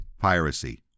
piracy